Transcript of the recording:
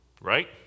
Right